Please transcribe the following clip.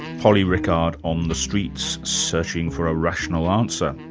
polly rickard, on the streets searching for a rational answer.